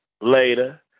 later